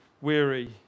weary